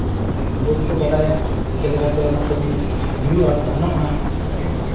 ᱚᱠᱚᱭ ᱠᱚᱠᱚ ᱵᱟᱰᱟᱭᱟ ᱪᱮᱫ ᱞᱮᱠᱟᱛᱮ ᱚᱱᱟ ᱠᱟᱹᱢᱤ ᱦᱩᱭᱩᱜᱼᱟ ᱜᱟᱱᱚᱜᱼᱟ